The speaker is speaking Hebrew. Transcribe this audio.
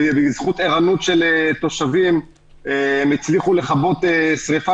בזכות ערנות של תושבים הם הצליחו לכבות שריפה